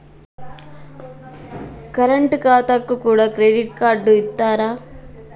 Current ఖాతాకు కూడా credit card ఇత్తరా?